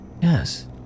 Yes